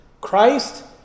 Christ